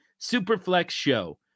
SUPERFLEXSHOW